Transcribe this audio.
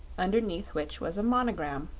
underneath which was a monogram.